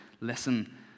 Listen